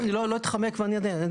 לא, אני לא אתחמק ואני אענה.